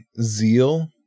zeal